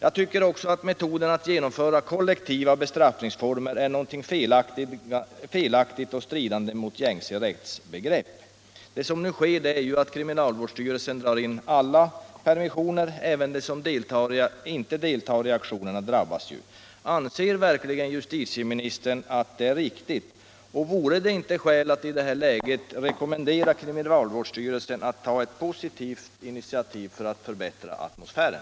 Metoden att genomföra kollektiva bestraffningar är också någonting felaktigt och stridande mot gängse rättsbegrepp. Det som nu sker är att kriminalvårdsstyrelsen drar in alla permissioner. Även de som inte deltar i aktionerna drabbas alltså. Anser verkligen justitieministern att detta är riktigt? Vore det inte skäl att i det här läget rekommendera kriminalvårdsstyrelsen att ta ett positivt initiativ för att förbättra atmosfären?